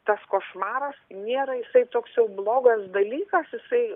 tas košmaras nėra jisai toks jau blogas dalykas jisai